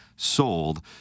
sold